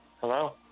Hello